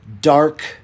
dark